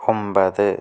ഒമ്പത്